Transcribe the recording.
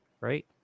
right